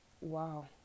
wow